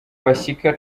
bashika